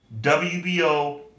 WBO